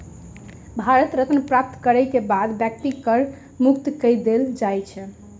भारत रत्न प्राप्त करय के बाद व्यक्ति के कर मुक्त कय देल जाइ छै